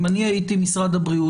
אם הייתי משרד הבריאות,